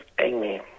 Amen